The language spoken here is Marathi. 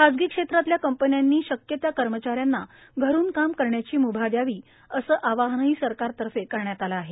खासगी क्षेत्रातल्या कंपन्यांनी शक्य त्या कर्मचाऱ्यांना घरून काम करण्याची म्भा दयावी असे आवाहनही सरकारतर्फे करण्यात आले आहे